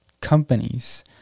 companies